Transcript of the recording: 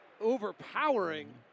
overpowering